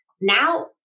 Now